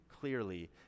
Clearly